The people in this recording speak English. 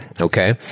okay